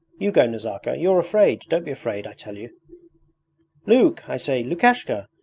you go, nazarka. you're afraid! don't be afraid, i tell you luke, i say, lukashka!